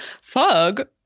fug